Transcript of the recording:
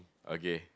okay